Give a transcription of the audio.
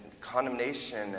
condemnation